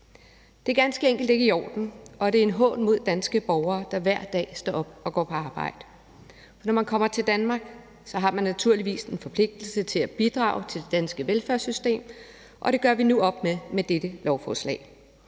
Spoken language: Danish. Det er ganske enkelt ikke i orden, og det er en hån mod danske borgere, der hver dag står op og går på arbejde. For når man kommer til Danmark, har man naturligvis en forpligtelse til at bidrage til det danske velfærdssystem, og det sørger vi med dette lovforslag